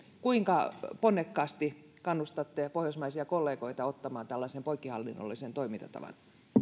kuinka ponnekkaasti kannustatte pohjoismaisia kollegoita ottamaan tällaisen poikkihallinnollisen toimintatavan